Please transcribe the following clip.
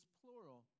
plural